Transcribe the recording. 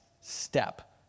step